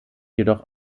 jedoch